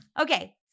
Okay